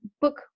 book